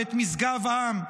ואת משגב עם,